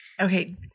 Okay